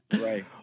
Right